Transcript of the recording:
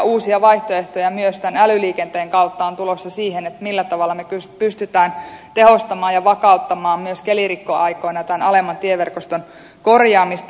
uusia vaihtoehtoja myös tämän älyliikenteen kautta on tulossa siihen millä tavalla me pystymme tehostamaan ja vakauttamaan myös kelirikkoaikoina tämän alemman tieverkoston korjaamista